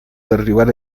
derribar